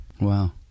Wow